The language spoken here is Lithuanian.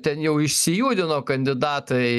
ten jau išsijudino kandidatai